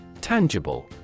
Tangible